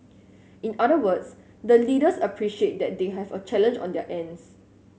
in other words the leaders appreciate that they have a challenge on their ends